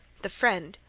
the friend,